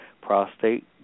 Prostate